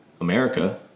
America